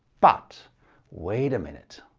but wait a minute.